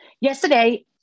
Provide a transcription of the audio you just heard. Yesterday